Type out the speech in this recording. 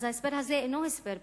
אז ההסבר הזה אינו הסבר פוליטי.